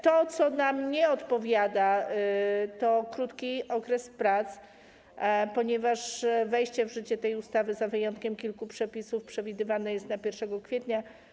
To, co nam nie odpowiada, to krótki okres prac, ponieważ wejście w życie tej ustawy, za wyjątkiem kilku przepisów, przewidywane jest na 1 kwietnia.